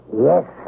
Yes